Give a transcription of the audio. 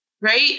right